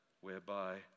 whereby